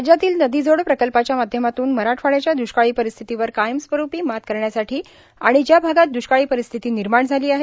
राज्यातील नदीजोड प्रकल्पाच्या माध्यमातून मराठवाङ्याच्या द्ष्काळी परिस्थितीवर कायमस्वरुपी मात करण्यासाठी आणि ज्या भागात द्ष्काळी परिस्थिती निर्माण झाली आहे